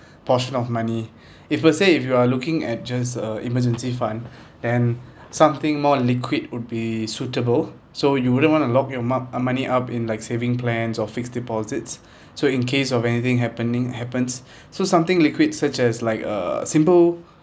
portion of money if per se if you are looking at just a emergency fund then something more liquid would be suitable so you wouldn't want to lock your moc~ uh money up in like saving plans or fixed deposits so in case of anything happening happens so something liquid such as like a simple